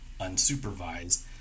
unsupervised